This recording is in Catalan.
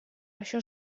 això